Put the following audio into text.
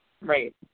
Right